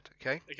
Okay